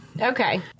Okay